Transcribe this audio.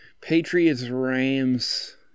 Patriots-Rams